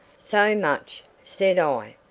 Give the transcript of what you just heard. so much, said i,